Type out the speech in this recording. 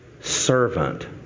servant